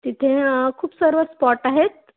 तिथे खूप सर्व स्पॉट आहेत